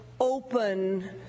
open